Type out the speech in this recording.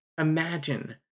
Imagine